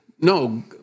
No